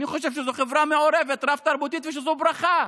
אני חושב שזו חברה מעורבת, רב-תרבותית, ושזו ברכה.